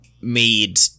Made